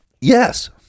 yes